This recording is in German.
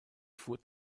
fuhr